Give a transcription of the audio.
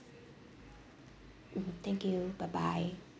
mmhmm thank you bye bye